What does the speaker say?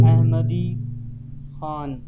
Ahmadi Khan